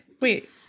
Wait